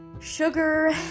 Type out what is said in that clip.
sugar